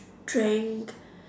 strength